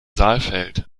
saalfeld